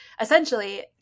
essentially